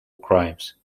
crimes